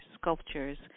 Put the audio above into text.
sculptures